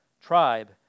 tribe